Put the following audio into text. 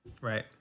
right